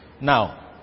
Now